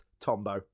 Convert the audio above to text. Tombo